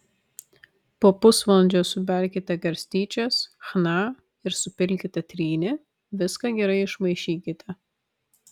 po pusvalandžio suberkite garstyčias chna ir supilkite trynį viską gerai išmaišykite